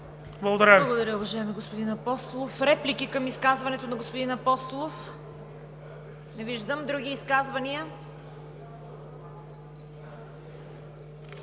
Благодаря